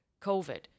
COVID